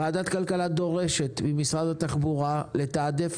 ועדת הכלכלה דורשת ממשרד התחבורה לתעדף